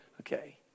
okay